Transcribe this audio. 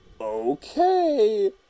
okay